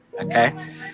okay